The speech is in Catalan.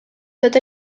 tot